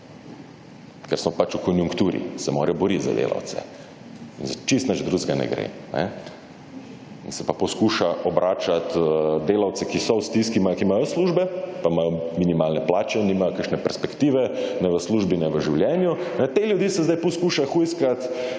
ker so pač v konjunkturi, se morajo borit za delavce. Za čisto nič drugega ne gre, kajne. Se pa poskuša obračat delavce, ki so v stiski, ki imajo službe, pa imajo minimalne plače, nimajo kakšne perspektive, ne v službi, ne v življenju, te ljudi se zdaj poskuša hujskat,